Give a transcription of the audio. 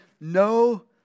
no